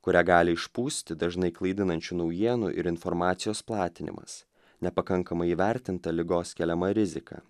kurią gali išpūsti dažnai klaidinančių naujienų ir informacijos platinimas nepakankamai įvertinta ligos keliama rizika